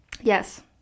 Yes